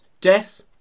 death